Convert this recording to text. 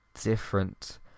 Different